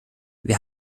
wir